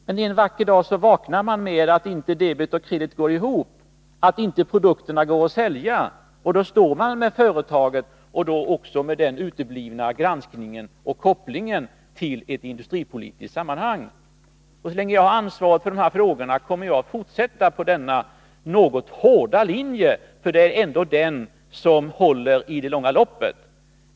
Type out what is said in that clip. Men en vacker dag vaknar man med att inte debet och kredit går ihop, att inte produkterna går att sälja, och då står man där med företaget och med den uteblivna granskningen och kopplingen till ett industripolitiskt sammanhang. Så länge jag har ansvaret för de här frågorna kommer jag att fortsätta på denna något hårda linje. Det är ändå den som håller i det långa loppet.